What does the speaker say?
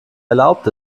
erlaubt